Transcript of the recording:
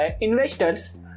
Investors